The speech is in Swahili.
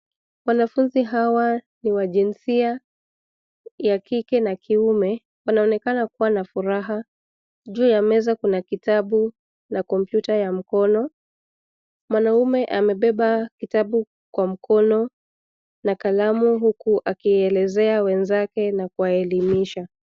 Wanafunzi hawa ni wa jinsia ya kike na kiume. Wanaonekana kuwa na furaha. Juu ya meza kuna kitabu na kompyuta ya mkono. Mwanaume amebeba kitabu kwa mkono na kalamu huku akielezea wenzake na kuwaelimisha.